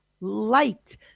light